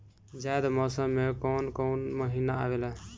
जायद मौसम में कौन कउन कउन महीना आवेला?